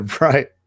Right